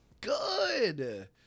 good